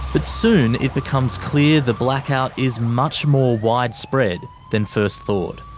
but soon it becomes clear the blackout is much more widespread than first thought.